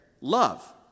love